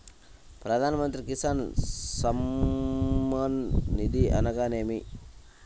ప్రధాన మంత్రి కిసాన్ సన్మాన్ నిధి అనగా ఏమి?